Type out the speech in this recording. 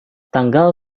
tanggal